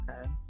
okay